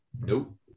Nope